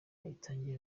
itangiye